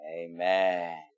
Amen